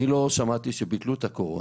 לא שמעתי שביטלו את הקורונה,